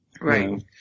right